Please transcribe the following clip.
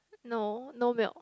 no no milk